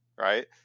right